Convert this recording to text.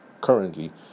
currently